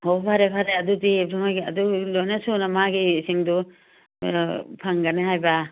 ꯍꯣ ꯐꯔꯦ ꯐꯔꯦ ꯑꯗꯨꯗꯤ ꯑꯗꯨ ꯃꯥꯒꯤ ꯑꯗꯨ ꯂꯣꯏꯅ ꯁꯨꯅ ꯃꯥꯒꯤꯁꯤꯡꯗꯣ ꯂꯣꯏꯅ ꯐꯪꯒꯅꯤ ꯍꯥꯏꯕ